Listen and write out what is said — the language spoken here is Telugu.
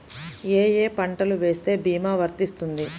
ఏ ఏ పంటలు వేస్తే భీమా వర్తిస్తుంది?